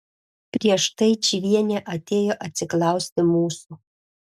prieš tai čyvienė atėjo atsiklausti mūsų